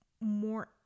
more